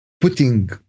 putting